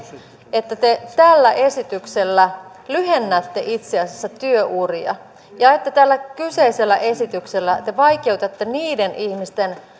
että te tällä esityksellä itse asiassa lyhennätte työuria ja että tällä kyseisellä esityksellä te vaikeutatte tässä yhteiskunnassa niiden ihmisten